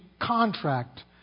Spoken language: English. contract